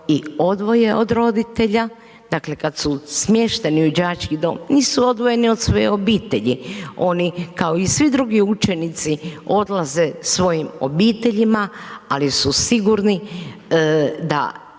i odvoje od roditelja, dakle, kad su smješteni u đački dom, nisu odvojeni od svoje obitelji, oni kao i svi drugi učenici, odlaze svojim obiteljima, ali su sigurni da